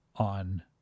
On